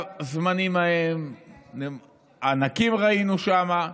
בזמנים ההם ענקים ראינו שם.